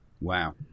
Wow